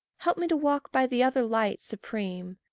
help me to walk by the other light supreme,